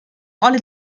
alle